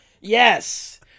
Yes